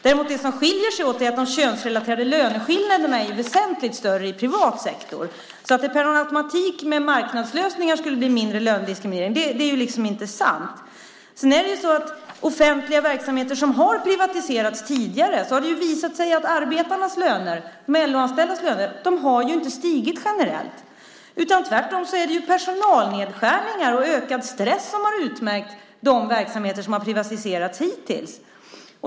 Däremot är de könsrelaterade löneskillnaderna väsentligt större i privat sektor. Att det per automatik skulle bli mindre lönediskriminering med marknadslösningar är inte sant. Det har visat sig att inom offentliga verksamheter som har privatiserats tidigare har LO-anställdas löner inte stigit generellt. Tvärtom är det personalnedskärningar och ökad stress som har utmärkt de verksamheter som har privatiserats hittills.